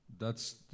thats